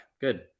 Good